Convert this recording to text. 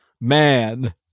Man